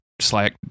Slack